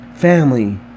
Family